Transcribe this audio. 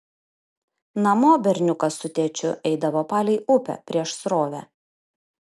namo berniukas su tėčiu eidavo palei upę prieš srovę